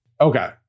Okay